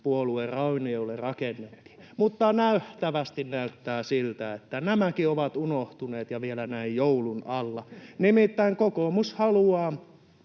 Puolueen, raunioille rakennettiin, mutta nähtävästi näyttää siltä, että nämäkin ovat unohtuneet ja vielä näin joulun alla. Nimittäin: ”Kokoomus haluaa